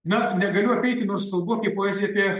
na negaliu apeiti nors kalbu apie poeziją